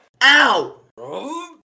Ow